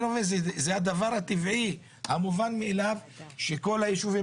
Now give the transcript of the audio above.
זה הדבר הטבעי והמובן מאליו שכל היישובים